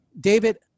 David